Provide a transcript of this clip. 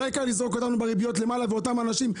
לא העיקר לזרוק אותנו בריביות למעלה ואותם אנשים,